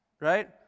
Right